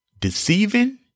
Deceiving